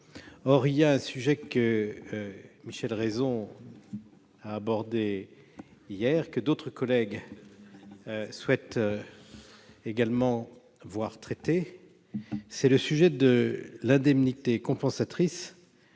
Or il est un sujet que Michel Raison a abordé hier et que d'autres collègues souhaitent également voir traiter : c'est celui de l'indemnité compensatoire